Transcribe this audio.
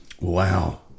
wow